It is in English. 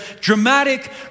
dramatic